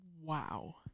Wow